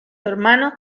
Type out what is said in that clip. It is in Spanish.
hermano